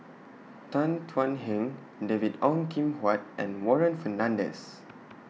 Tan Thuan Heng David Ong Kim Huat and Warren Fernandez